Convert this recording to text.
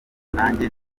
nanjye